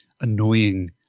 annoying